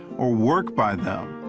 or worked by them.